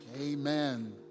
Amen